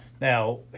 now